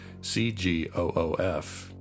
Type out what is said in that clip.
CGOOF